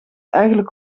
eigenlijk